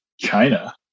China